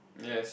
yes